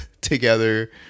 together